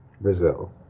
Brazil